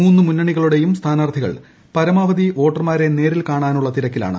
മൂന്ന് മുന്നണികളുടെയും സ്ഥാനാർഥികൾ ് പരമാവധി വോട്ടർമാരെ നേരിൽക്കാണാനുള്ളൂ തിർക്കിലാണ്